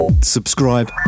subscribe